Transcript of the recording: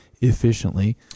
efficiently